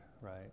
right